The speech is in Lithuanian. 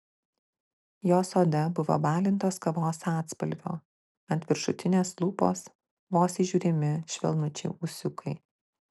jos oda buvo balintos kavos atspalvio ant viršutinės lūpos vos įžiūrimi švelnučiai ūsiukai